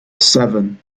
seven